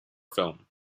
film